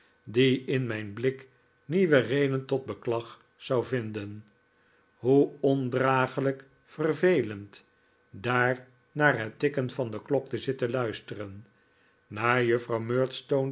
die in mijn blik nieuwe reden tot beklag zou vinden hoe ondraaglijk ververvelend daar naar het tikken van de klok te zitten luisteren naar juffrouw